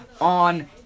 on